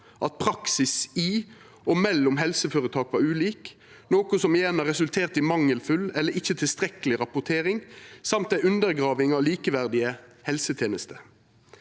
at praksis i og mellom helseføretak var ulik, noko som igjen har resultert i mangelfull eller ikkje tilstrekkeleg rapportering, og i ei undergraving av likeverdige helsetenester.